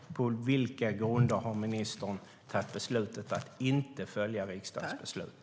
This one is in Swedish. På vilka grunder har ministern fattat beslutet att inte följa riksdagens beslut?